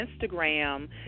Instagram